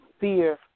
fear